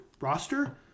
roster